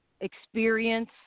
experience